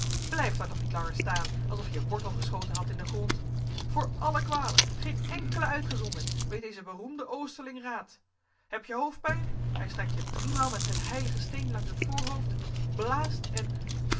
blijft daar toch niet langer staan alsof je wortel geschoten hadt in den grond voor alle kwalen geen enkele uitgezonderd weet deze beroemde oosterling raad heb-je hoofdpijn hij strijkt je driemaal met zijn heiligen steen langs het voorhoofd blaast en pfff